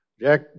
Jack